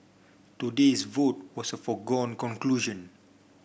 today's vote was a foregone conclusion